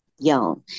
young